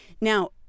now